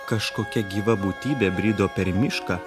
kažkokia gyva būtybė brido per mišką